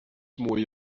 mwy